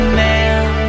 man